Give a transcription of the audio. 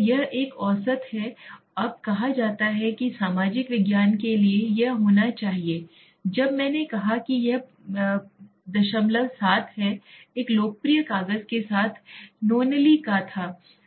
तो यह एक औसत है अब कहा जाता है कि सामाजिक विज्ञान के लिए यह होना चाहिए जब मैंने कहा कि यह 07 है एक लोकप्रिय कागज के साथ Nonaly का था और